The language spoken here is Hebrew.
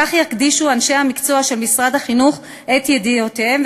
כך יקדישו אנשי המקצוע של משרד החינוך את ידיעותיהם,